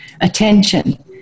attention